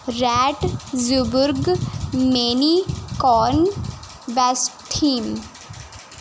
Ratzeburg ਮੈਨੀਕੌਣ ਬੈਸਟਿਮ